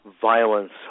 violence